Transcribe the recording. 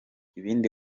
ibindi